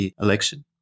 election